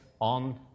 on